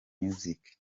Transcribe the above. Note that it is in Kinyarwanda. music